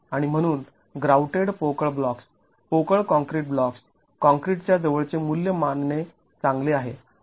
आणि म्हणून ग्राउटेड पोकळ ब्लॉक्स् पोकळ काँक्रीट ब्लॉक्स् काँक्रीट च्या जवळचे मूल्य मानणे चांगले आहे